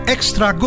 Extra